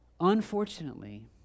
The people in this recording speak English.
Unfortunately